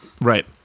right